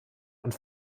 und